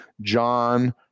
John